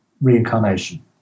reincarnation